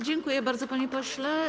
Dziękuję bardzo, panie pośle.